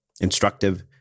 instructive